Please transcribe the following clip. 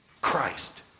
Christ